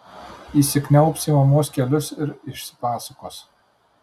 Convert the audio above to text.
įsikniaubs į mamos kelius ir išsipasakos